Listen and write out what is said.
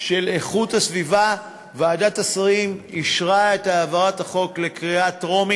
של איכות הסביבה ועדת השרים אישרה את העברת החוק בקריאה טרומית.